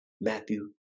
Matthew